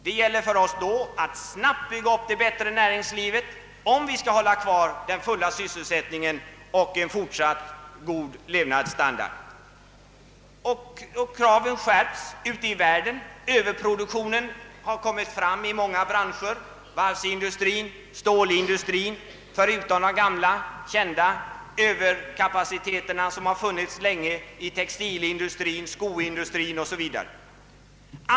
Det gäller för oss att då snabbt bygga upp ett bättre näringsliv, om vi skall kunna bibehålla den fulla sysselsättningen och en fortsatt god levnadsstandard. Kraven skärps ute i världen. Överproduktion har många branscher, t.ex. varvsindustrin och stålindustrin, förutom de gamla industrierna där man länge haft överproduktion såsom textiloch skoindustrierna.